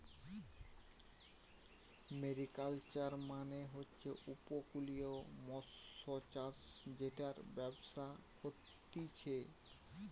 mariculture মানে হচ্ছে উপকূলীয় মৎস্যচাষ জেটার ব্যবসা হতিছে